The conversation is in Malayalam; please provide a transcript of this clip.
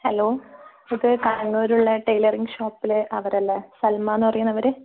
ഹലോ ഇത് കണ്ണൂരുള്ള ടൈലറിംഗ് ഷോപ്പിലെ അവരല്ലേ സല്മ എന്ന് പറയണവര്